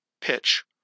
pitch